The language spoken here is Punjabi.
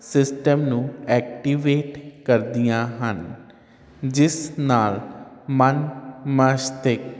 ਸਿਸਟਮ ਨੂੰ ਐਕਟੀਵੇਟ ਕਰਦੀਆਂ ਹਨ ਜਿਸ ਨਾਲ ਮਨ ਮਸਤਕ